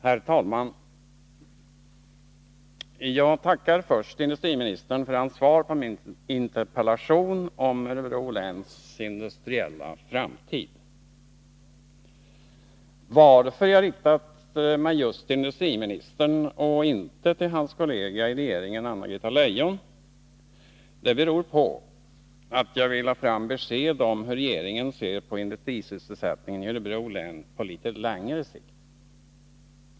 Herr talman! Jag tackar först industriministern för hans svar på min interpellation om Örebro läns industriella framtid. Att jag riktat mig just till industriministern och inte till hans kollega i regeringen, Anna-Greta Leijon, beror på att jag vill ha fram besked om hur regeringen ser på industrisys 159 selsättningen i Örebro län på litet längre sikt.